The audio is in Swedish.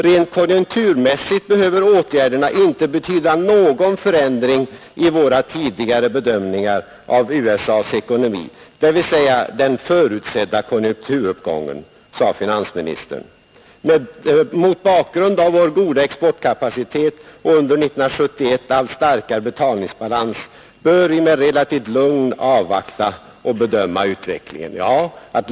Rent konjunkturmässigt behöver åtgärderna inte betyda någon förändring i våra tidigare bedömningar av USA:s ekonomi, dvs. den förutsedda konjunkturuppgången, ———. Mot bakgrund av vår goda exportkapacitet och under 1971 allt starkare betalningsbalans bör vi med relativt stort lugn avvakta och bedöma utvecklingen.” Detta uttalades i slutet av augusti.